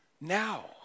now